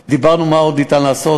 ודיברנו מה עוד ניתן לעשות.